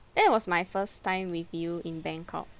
that was my first time with you in bangkok